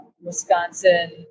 Wisconsin